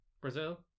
Brazil